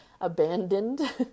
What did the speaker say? abandoned